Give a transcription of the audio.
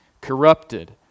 corrupted